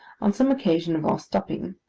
on some occasion of our stopping,